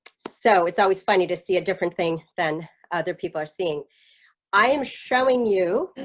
so it's always funny to see a different thing then other people are seeing i am showing you